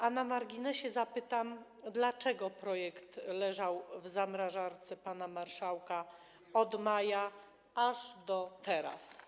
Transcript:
A na marginesie zapytam: Dlaczego projekt leżał w zamrażarce pana marszałka od maja aż do teraz?